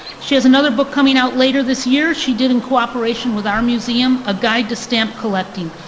she has another book coming out later this year she did in cooperation with our museum, a guide to stamp collecting.